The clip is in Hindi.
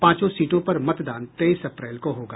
पांचों सीटों पर मतदान तेईस अप्रैल को होगा